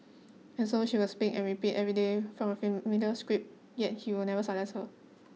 and so she will speak and repeat every day from a script yet he will never silence her